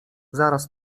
zaraz